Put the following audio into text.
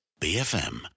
BFM